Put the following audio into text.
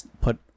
put